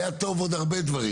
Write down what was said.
היה טוב עוד הרבה דברים.